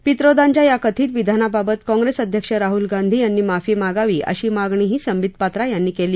पित्रोदांच्या या कथित विधानाबाबत काँग्रेस अध्यक्ष राहूल गांधी यांनी माफी मागावी अशी मागणीही संबित पात्रा यांनी केली